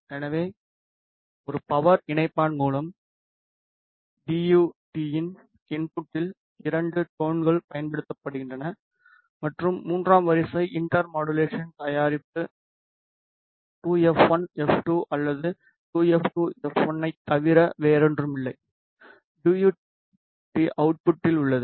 எனவே ஒரு பவர் இணைப்பான் மூலம் டி யு டி இன் இன்புட்டில் இரண்டு டோன்கள் பயன்படுத்தப்படுகின்றன மற்றும் மூன்றாம் வரிசை இன்டர் மாடுலேஷன் தயாரிப்பு 2f1 f2 அல்லது 2f2 f1 ஐத் தவிர வேறொன்றுமில்லை டி யு டி அவுட்புட்டில் உள்ளது